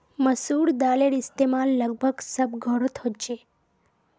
मसूर दालेर इस्तेमाल लगभग सब घोरोत होछे